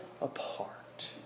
apart